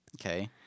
Okay